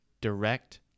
direct